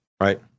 right